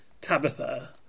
Tabitha